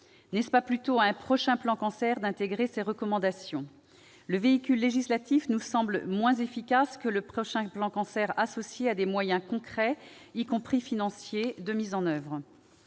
N'est-ce pas plutôt à un prochain plan Cancer d'intégrer ces recommandations ? Le véhicule législatif nous semble moins efficace que le prochain plan Cancer associé à des moyens concrets, y compris financiers, de mise en oeuvre,